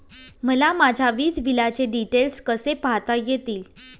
मला माझ्या वीजबिलाचे डिटेल्स कसे पाहता येतील?